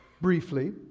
briefly